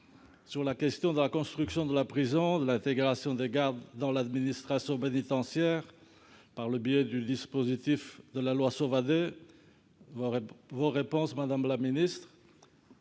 en charge de la construction de la prison et de l'intégration des gardes dans l'administration pénitentiaire par le biais du dispositif de la loi Sauvadet. Vos réponses, madame la garde